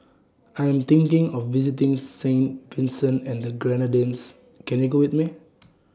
I Am thinking of visiting Saint Vincent and The Grenadines Can YOU Go with Me